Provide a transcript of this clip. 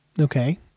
Okay